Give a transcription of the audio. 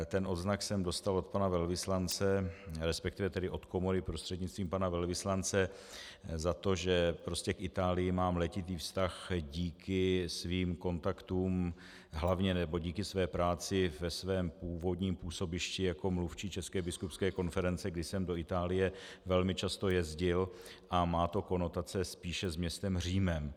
Ten odznak jsem dostal od pana velvyslance, respektive od komory prostřednictvím pana velvyslance za to, že k Itálii mám letitý vztah díky svým kontaktům hlavně nebo díky své práci ve svém původním působišti jako mluvčí České biskupské konference, kdy jsem do Itálie velmi často jezdil, a má to konotace spíše s městem Římem.